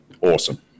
Awesome